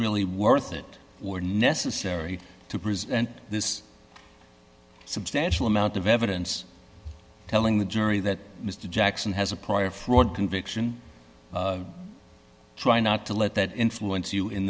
really worth it or necessary to preserve this substantial amount of evidence telling the jury that mr jackson has a prior fraud conviction try not to let that influence you in